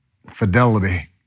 Fidelity